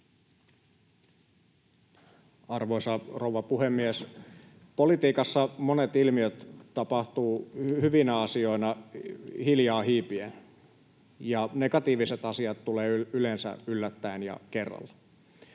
Arvoisa rouva puhemies! Politiikassa monet ilmiöt tapahtuvat hyvinä asioina hiljaa hiipien ja negatiiviset asiat tulevat yleensä yllättäen ja kerralla.